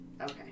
Okay